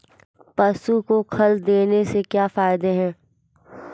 पशु को खल देने से क्या फायदे हैं?